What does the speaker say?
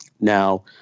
Now